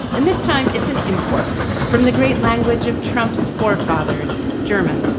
and this time it's an import from the great language of trump's forefathers, german.